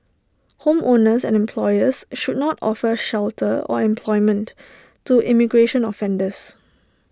homeowners and employers should not offer shelter or employment to immigration offenders